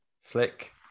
flick